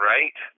Right